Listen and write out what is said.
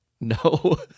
No